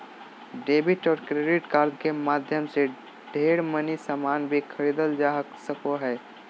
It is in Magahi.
डेबिट और क्रेडिट कार्ड के माध्यम से ढेर मनी सामान भी खरीदल जा सको हय